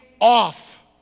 off